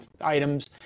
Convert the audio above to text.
items